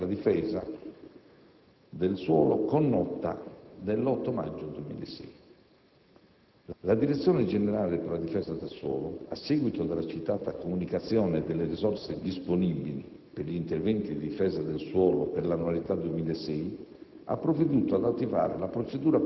notificato alla Direzione generale per la difesa del suolo con nota dell'8 maggio 2006. La Direzione generale per la difesa del suolo, a seguito della citata comunicazione delle risorse disponibili per gli interventi di difesa del suolo per l'annualità 2006,